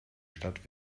stadt